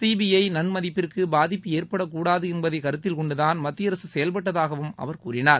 CBI நன்மதிப்பிற்கு பாதிப்பு ஏற்படக்கூடாது என்பதை கருத்தில்கொண்டுதான் மத்தியஅரசு செயல்பட்டதாகவும் அவர் கூறினார்